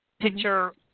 Picture